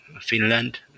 Finland